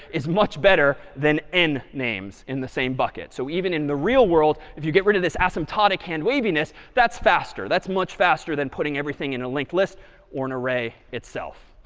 is much better than n names in the same bucket. so even in the real world if you get rid of this asymptotic hand waviness, that's faster. that's much faster than putting everything in a linked list or an array itself.